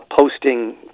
posting